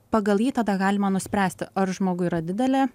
pagal jį tada galima nuspręsti ar žmogui yra didelė